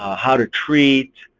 ah how to treat.